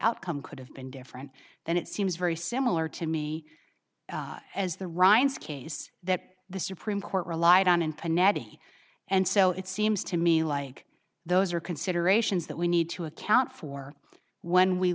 outcome could have been different than it seems very similar to me as the ryans case that the supreme court relied on and pinetti and so it seems to me like those are considerations that we need to account for when we